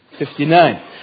59